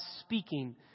speaking